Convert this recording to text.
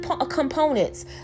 components